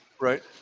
Right